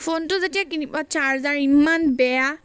ফোনটো যেতিয়া কিনিব আৰু চাৰ্জাৰ ইমান বেয়া